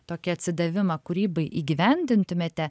tokį atsidavimą kūrybai įgyvendintumėte